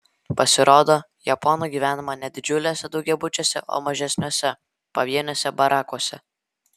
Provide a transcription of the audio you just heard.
pasirodo japonų gyvenama ne didžiuliuose daugiabučiuose o mažesniuose pavieniuose barakuose